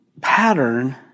pattern